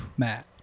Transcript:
Matt